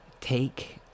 Take